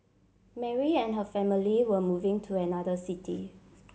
Mary and her family were moving to another city